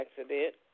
accident